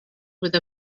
with